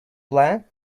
plans